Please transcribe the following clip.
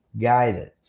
guidance